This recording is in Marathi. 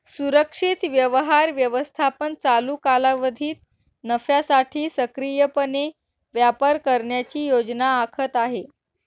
सुरक्षित व्यवहार व्यवस्थापन चालू कालावधीत नफ्यासाठी सक्रियपणे व्यापार करण्याची योजना आखत आहे